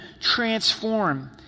transform